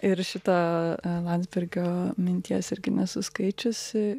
ir šita a landsbergio minties irgi nesu skaičiusi